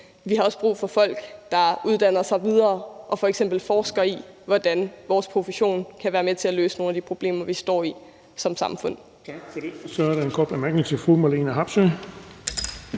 Vi har også brug for folk, der uddanner sig videre og f.eks. forsker i, hvordan vores profession kan være med til at løse nogle af de problemer, vi står med som samfund. Kl. 18:32 Den fg. formand (Erling